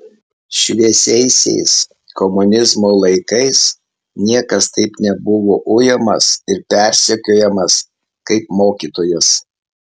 šviesiaisiais komunizmo laikais niekas taip nebuvo ujamas ir persekiojamas kaip mokytojas